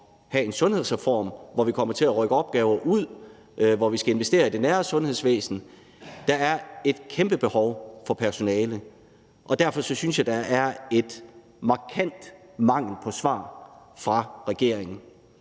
til at have en sundhedsreform, hvor vi kommer til at rykke opgaver ud, og hvor vi skal investere i det nære sundhedsvæsen. Der er et kæmpebehov for personale, og derfor synes jeg, der er en markant mangel på svar fra regeringens